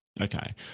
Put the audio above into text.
Okay